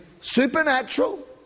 supernatural